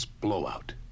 blowout